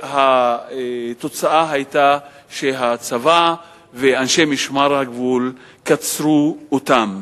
התוצאה היתה שהצבא ואנשי משמר הגבול קצרו אותם.